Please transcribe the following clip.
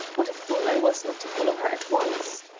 what a fool i was not to follow her at once.